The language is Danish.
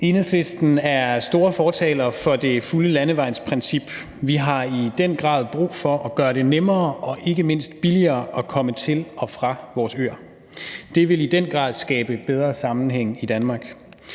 Enhedslisten er store fortalere for det fulde landevejsprincip. Vi har i den grad brug for at gøre det nemmere og ikke mindst billigere at komme til og fra vores øer. Det vil i den grad skabe bedre sammenhæng i Danmark.